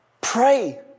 Pray